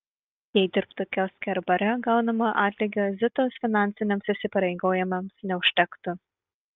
jei dirbtų kioske ar bare gaunamo atlygio zitos finansiniams įsipareigojimams neužtektų